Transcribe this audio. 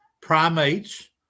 primates